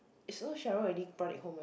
so Cheryl already brought it home lah